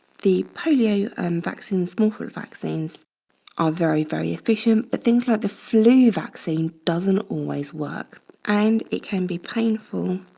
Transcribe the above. the polio um vaccine, smallpox vaccines are very, very efficient but things like the flu vaccine doesn't always work and it can be painful.